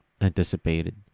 anticipated